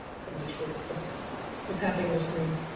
somebody should so what's happening in the screen?